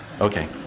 Okay